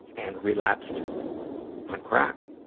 and relapsed on crack.